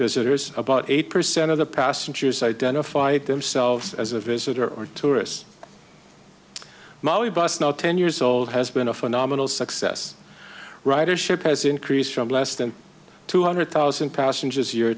visitors about eight percent of the passengers identified themselves as a visitor or tourist molly bus now ten years old has been a phenomenal success ridership has increased from less than two hundred thousand passengers year